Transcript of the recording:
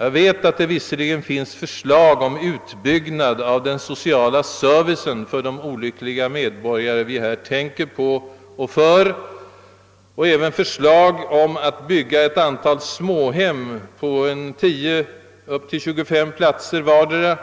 Jag vet att det föreligger förslag om utbyggnad av den sociala servicen för de olyckliga medborgare vi härvidlag tänker på och tänker för och även förslag om att bygga ett antal småhem på 10—25 platser vardera.